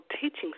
Teaching